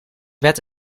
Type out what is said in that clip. wet